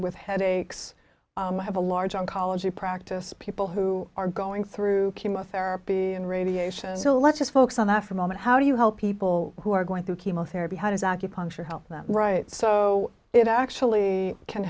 with headaches i have a large oncology practice people who are going through chemotherapy and radiation so let's just focus on that for a moment how do you help people who are going through chemotherapy how does acupuncture help them right so it actually can